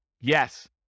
Yes